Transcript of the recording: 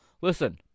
Listen